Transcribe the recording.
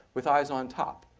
with eyes on top.